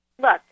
Look